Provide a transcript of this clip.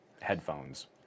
headphones